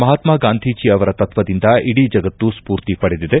ಮಹಾತ್ನ ಗಾಂಧೀಜಿ ಅವರ ತತ್ವದಿಂದ ಇಡೀ ಜಗತ್ತು ಸ್ಪೂರ್ತಿ ಪಡೆದಿದೆ